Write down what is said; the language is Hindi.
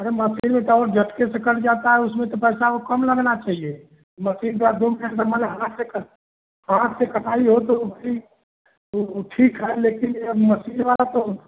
अरे मसीन में तो और झटके से कट जाता है उसमें तो पैसा और कम लगना चाहिए मशीन से आप दो मिनट में मतलब अराम से कर हाथ के कटाई हो तो उसकी वह ठीक है लेकिन यह मसीन वाला तो